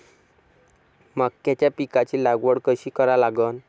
मक्याच्या पिकाची लागवड कशी करा लागन?